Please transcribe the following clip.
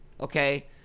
Okay